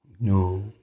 No